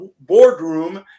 boardroom